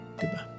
Goodbye